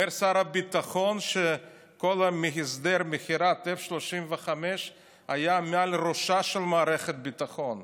אומר שר הביטחון שכל הסדר מכירת F-35 היה מעל ראשה של מערכת הביטחון.